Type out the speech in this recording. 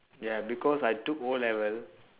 ya because I took o-level